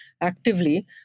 actively